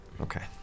Okay